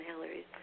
Hillary's